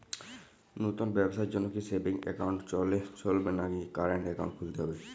নতুন ব্যবসার জন্যে কি সেভিংস একাউন্ট হলে চলবে নাকি কারেন্ট একাউন্ট খুলতে হবে?